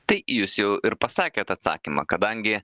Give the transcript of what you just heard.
tai jūs jau ir pasakėt atsakymą kadangi